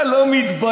אתה לא מתבייש?